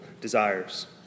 desires